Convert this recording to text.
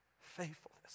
faithfulness